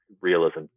realism